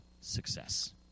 success